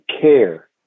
care